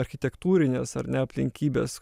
architektūrines ar ne aplinkybes